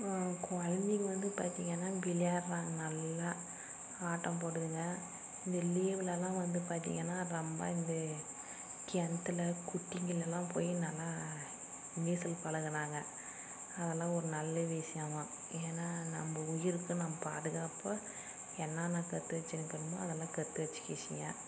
குழந்தைங்க வந்து பார்த்திங்கனா விளையாட்றாங்க நல்லா ஆட்டம் போடுதுங்க இந்த லீவுலலாம் வந்து பார்த்திங்கனா ரொம்ப இந்து கிணத்துல குட்டிங்களெல்லாம் போய் நல்லா நீச்சல் பழகுனாங்க அதெல்லாம் ஒரு நல்ல விஷயம்மா ஏன்னா நம்ப உயிருக்கு நம் பாதுகாப்பாக என்னென்ன கற்று வச்சினுக்கணுமோ அதெல்லாம் கற்று வச்சிக்கிச்சிங்க